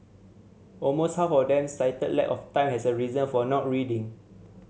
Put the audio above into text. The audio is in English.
almost half of them cited lack of time as a reason for not reading